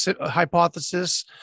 hypothesis